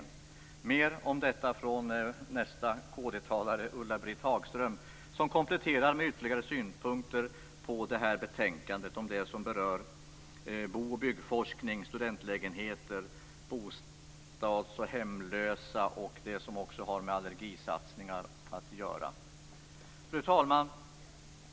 Ni får höra mer om detta av nästa kd-talare Ulla-Britt Hagström, som kompletterar med ytterligare synpunkter på betänkandet om det som berör bo och byggforskning, studentlägenheter, bostadslösa, hemlösa och allergisatsningar. Fru talman!